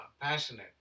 passionate